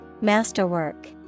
Masterwork